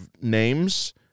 names